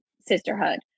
sisterhood